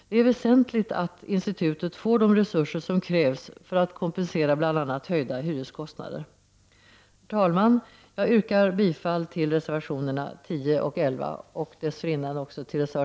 Det är väsentligt att institutet får de resurser som krävs för att kompensera bl.a. höjda hyreskostnader. Herr talman! Jag yrkar bifall till reservationerna 10 och 11.